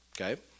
okay